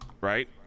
right